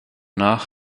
nach